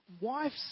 wife's